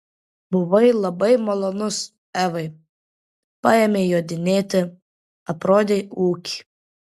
buvai labai malonus evai paėmei jodinėti aprodei ūkį